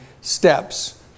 steps